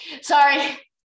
Sorry